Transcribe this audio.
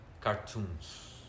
cartoons